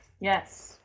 Yes